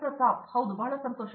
ಪ್ರತಾಪ್ ಹರಿದಾಸ್ ಹೌದು ಬಹಳ ಸಂತೋಷ